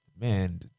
man